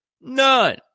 None